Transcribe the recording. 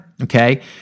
Okay